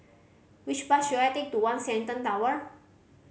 which bus should I take to One Shenton Tower